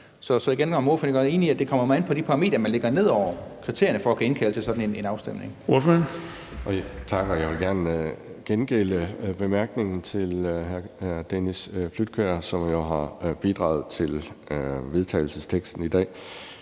spørge, om ordføreren er enig i, at det kommer meget an på de parametre, man lægger ned over kriterierne for at kunne indkalde til sådan en afstemning.